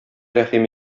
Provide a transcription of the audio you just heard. рәхим